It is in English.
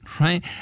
right